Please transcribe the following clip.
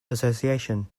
association